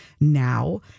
now